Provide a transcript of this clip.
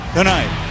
tonight